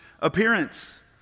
appearance